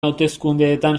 hauteskundeetan